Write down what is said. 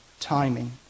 Timing